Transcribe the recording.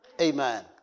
Amen